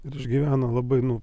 ir išgyvena labai nu